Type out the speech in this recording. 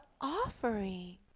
offering